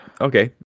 Okay